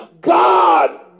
God